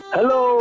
Hello